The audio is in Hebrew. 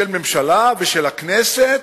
של הממשלה ושל הכנסת,